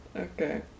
Okay